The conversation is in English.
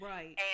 Right